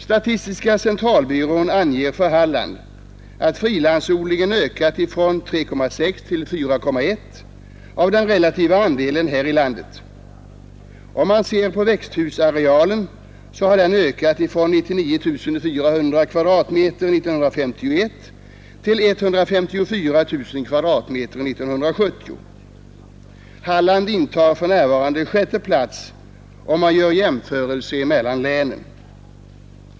Statistiska centralbyrån anger för Halland att frilandsodlingen har ökat från 3,6 till 4,1 procent av den relativa andelen här i landet. Växthusarealen har ökat från 99 400 m? 1951 till 154 000 m? 1970. Halland intar för närvarande sjätte plats vid en jämförelse mellan länen.